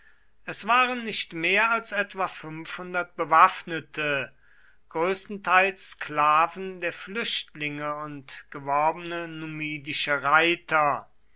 es waren nicht mehr als etwa bewaffnete größtenteils sklaven der flüchtlinge und geworbene numidische reiter